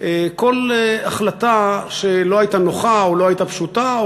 כל החלטה שלא הייתה נוחה או לא הייתה פשוטה,